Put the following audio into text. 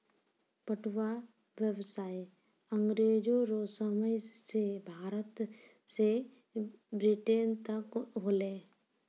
पटुआ व्यसाय अँग्रेजो रो समय से भारत से ब्रिटेन तक होलै